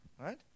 right